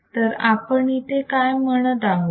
तर आपण येथे काय म्हणत आहोत